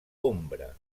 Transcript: ombra